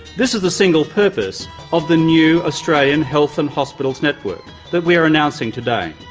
this is the single purpose of the new australian health and hospitals network that we're announcing today.